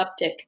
uptick